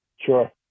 sure